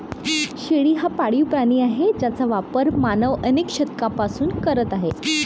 शेळी हा पाळीव प्राणी आहे ज्याचा वापर मानव अनेक शतकांपासून करत आहे